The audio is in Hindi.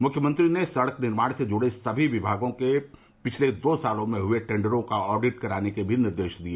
मुख्यमंत्री ने सड़क निर्माण से जुड़े सभी विभागों के पिछले दो सालों में हुए टेंडरों का ऑडिट कराने के भी निर्देश दिए